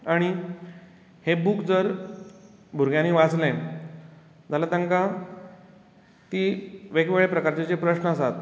आनीी हे बूक जर भुरग्यांनी वाचले जाल्यार तांकां ती वेग वेगळ्या प्रकारचे जे प्रस्न आसात